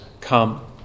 come